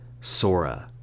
Sora